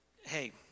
hey